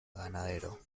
ganadero